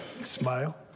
Smile